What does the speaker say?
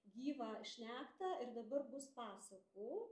gyvą šnektą ir dabar bus pasakų